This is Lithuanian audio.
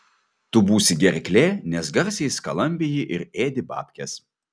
tu būsi gerklė nes garsiai skalambiji ir ėdi babkes